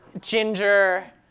ginger